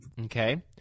Okay